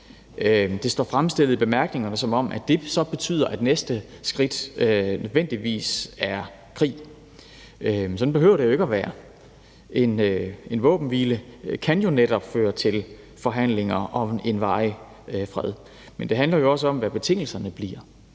Det står fremstillet i bemærkningerne, som om det så betyder, at næste skridt nødvendigvis er krig. Sådan behøver det jo ikke at være. En våbenhvile kan netop føre til forhandlinger om en varig fred. Men det handler jo også om, hvad betingelserne bliver.